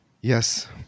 Yes